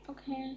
Okay